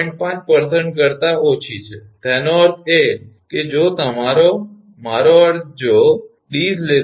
5 કરતા ઓછી છે તેનો અર્થ એ કે જો તમારો મારો અર્થ જો 𝑑 0